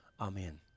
Amen